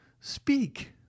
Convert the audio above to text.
speak